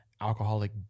alcoholic